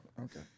Okay